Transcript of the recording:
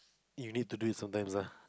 you need do it sometimes lah